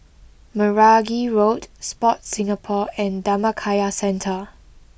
Meragi Road Sport Singapore and Dhammakaya Centre